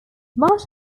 much